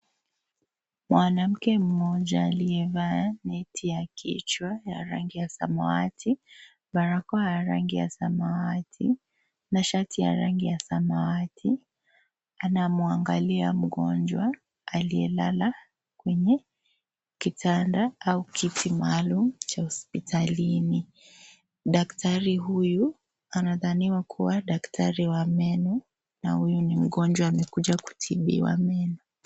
Mwanamke mmoja aliyevaa neti ya kichwa ya rangi ya samawati, barakoa rangi ya samawati na shati ya rangi ya samawati. Anamwangalia mgonjwa aliyelala kwenye kitanda au kiti maalum cha hospitalini. Daktari huyu anadhaniwa kuwa daktari wa meno na huyu mgonjwa amekuja kutibiwa meno.